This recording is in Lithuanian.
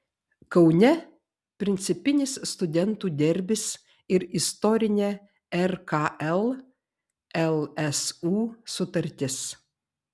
kaune principinis studentų derbis ir istorinė rkl lsu sutartis